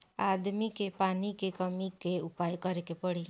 आदमी के पानी के कमी क उपाय करे के पड़ी